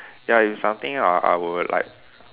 ya it's something I I would like